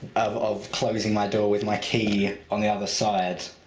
of of closing my door with my key. on the other side.